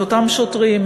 את אותם שוטרים,